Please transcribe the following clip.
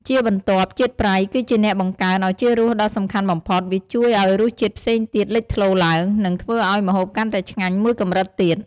ជាបន្ទាប់ ជាតិប្រៃ គឺជាអ្នកបង្កើនឱជារសដ៏សំខាន់បំផុត វាជួយឱ្យរសជាតិផ្សេងទៀតលេចធ្លោឡើង និងធ្វើឱ្យម្ហូបកាន់តែឆ្ញាញ់មួយកម្រិតទៀត។